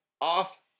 off